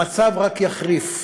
המצב רק יחריף,